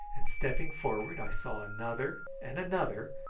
and stepping forward i saw another and another,